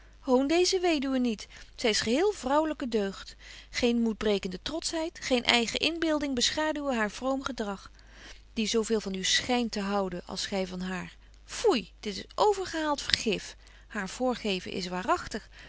deeze weduwe niet zy is geheel vrouwelyke deugd geen moedbrekende troschheid geen betje wolff en aagje deken historie van mejuffrouw sara burgerhart eigen inbeelding beschaduwen haar vroom gedrag die zo veel van u schynt te houden als gy van haar foei dit is overgehaalt vergif haar voorgeven is waaragtig